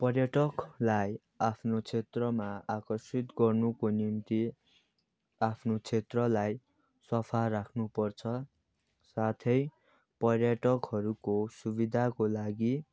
पर्यटकलाई आफ्नो क्षेत्रमा आकर्षित गर्नुको निम्ति आफ्नो क्षेत्रलाई सफा राख्नु पर्छ साथै पर्यटकहरूको सुविधाको लागि